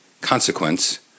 consequence